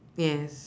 yes